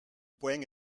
points